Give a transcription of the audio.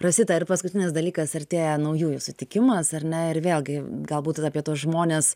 rosita ir paskutinis dalykas artėja naujųjų sutikimas ar ne ir vėlgi galbūt apie tuos žmones